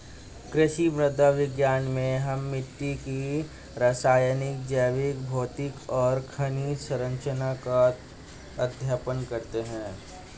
कृषि मृदा विज्ञान में हम मिट्टी की रासायनिक, जैविक, भौतिक और खनिज सरंचना का अध्ययन करते हैं